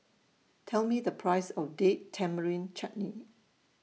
Tell Me The Price of Date Tamarind Chutney